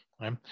right